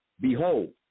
behold